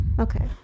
Okay